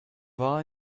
war